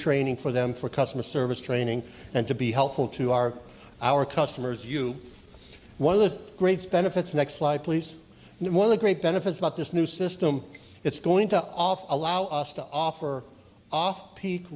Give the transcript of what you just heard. training for them for customer service training and to be helpful to our our customers you are one of the great benefits next slide please one of the great benefits about this new system it's going to offer allow us to offer off peak